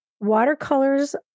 watercolors